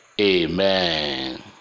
Amen